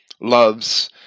loves